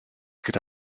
gyda